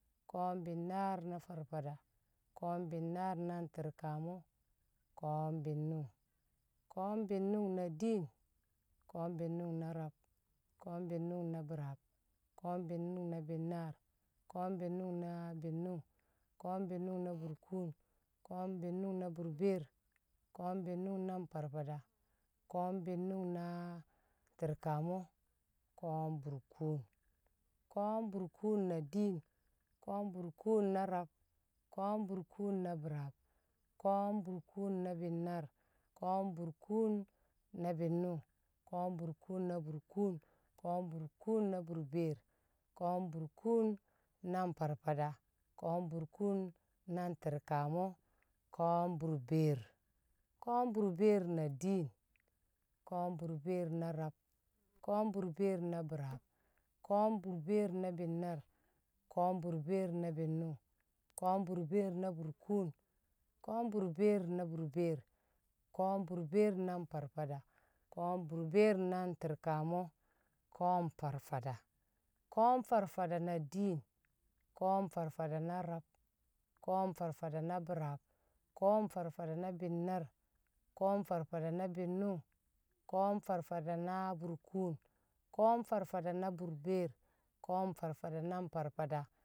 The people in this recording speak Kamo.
Ko̱o̱m binnaar na FarFada. Ko̱o̱m binnaar na nTi̱rkamṵ. Ko̱o̱m bi̱nnṵng. Ko̱o̱m bi̱nnṵng na diin. Ko̱o̱m bi̱nnṵng na rab. Ko̱o̱m bi̱nnṵng na biraab. Ko̱o̱m bi̱nnṵng na binnaar. Ko̱o̱m bi̱nnṵng na bi̱nnung. Ko̱o̱m bi̱nnṵng na burkun. Ko̱o̱m bi̱nnṵng na burbeer. Ko̱o̱m bi̱nnṵng na FarFada. Ko̱o̱m bi̱nnṵng na nTi̱rkamṵ. Ko̱o̱m buurkun. Ko̱o̱m buurkun na diin. Ko̱o̱m buurkun na rab. Ko̱o̱m buurkun na biraab. Ko̱o̱m buurkun na bi̱nnaar. Ko̱o̱m buurkun na bi̱nnṵng. Ko̱o̱m buurkun na burkun. Ko̱o̱m buurkun na burbeer. Ko̱o̱m buurkun na nFarFada. Ko̱o̱m buurkun na nTi̱rkamṵ. Ko̱o̱m burbeer. Ko̱o̱m burbeer na diin. Ko̱o̱m burbeer na rab. Ko̱o̱m burbeer na biraab. Ko̱o̱m burbeer na bi̱nnaar. Ko̱o̱m burbeer na binnung. Ko̱o̱m burbeer na burkun. Ko̱o̱m burbeer na burbeer. Ko̱o̱m burbeer na nFarfada. Ko̱o̱m burbeer na nTi̱rkamṵ. Ko̱o̱m FarFada. Ko̱o̱m FarFada na diin. Ko̱o̱m FarFada na rab. Ko̱o̱m FarFada na biraab. Ko̱o̱m FarFada na binnaar. Ko̱o̱m FarFada na be̱nnṵng. Ko̱o̱m FarFada na burkun. Ko̱o̱m FarFada na burbeer. Ko̱o̱m FarFada na FarFada